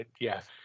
Yes